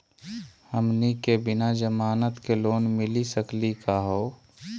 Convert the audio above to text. हमनी के बिना जमानत के लोन मिली सकली क हो?